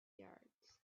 yards